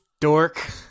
dork